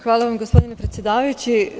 Hvala vam, gospodine predsedavajući.